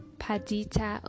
Padita